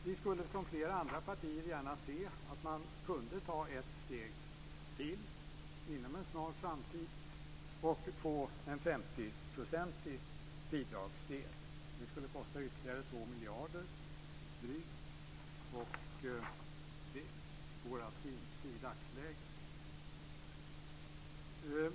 Vi skulle som flera andra partier gärna se att man kunde ta ett steg till inom en snar framtid och få en 50-procentig bidragsdel. Det skulle kosta ytterligare drygt 2 miljarder, och det går alltså inte i dagsläget.